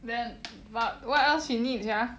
then but what else she need sia